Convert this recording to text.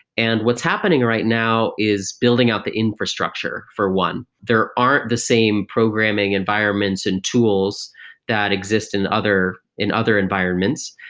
and what's happening right now is building out the infrastructure for one. there aren't the same programming environments and tools that exist in other in other environments.